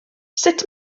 sut